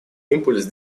импульс